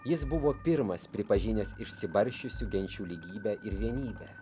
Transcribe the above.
jis buvo pirmas pripažinęs išsibarsčiusių genčių lygybę į vienybę